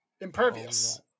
Impervious